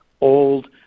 old